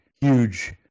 Huge